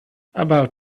about